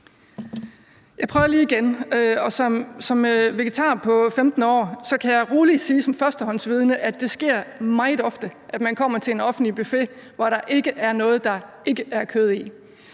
Som vegetar på 15. år kan jeg rolig sige som førstehåndsvidne, at det sker meget ofte, at man kommer til en offentlig buffet, hvor der ikke er noget, der ikke er kød i.